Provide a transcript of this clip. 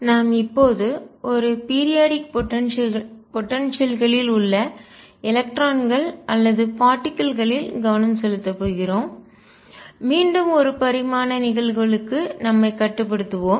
நாம் இப்போது ஒரு பீரியாடிக் போடன்சியல்களில் குறிப்பிட்ட கால இடைவெளி ஆற்றல் உள்ள எலக்ட்ரான்கள் அல்லது பார்ட்டிக்கல் களில் கவனம் செலுத்தப் போகிறோம் மீண்டும் ஒரு பரிமாண நிகழ்வுகளுக்கு நம்மை கட்டுப்படுத்துவோம்